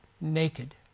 naked